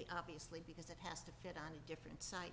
be obviously because it has to fit on a different site